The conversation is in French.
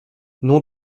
nom